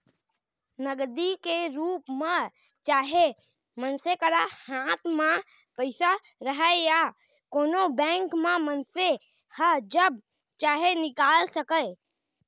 नगदी के रूप म चाहे मनसे करा हाथ म पइसा रहय या कोनों बेंक म मनसे ह जब चाहे निकाल सकय